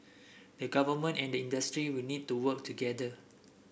the government and the industry will need to work together